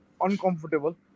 uncomfortable